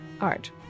art